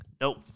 Nope